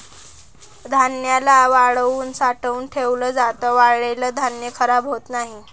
धान्याला वाळवून साठवून ठेवल जात, वाळलेल धान्य खराब होत नाही